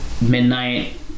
midnight